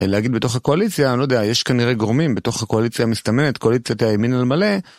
להגיד בתוך הקואליציה, אני לא יודע, יש כנראה גורמים בתוך הקואליציה מסתממת, קואליציית הימין על מלא.